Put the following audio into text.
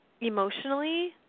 emotionally